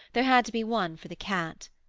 there had to be one for the cat.